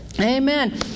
amen